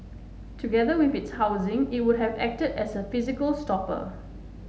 together with its housing it would have acted as a physical stopper